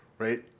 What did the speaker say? right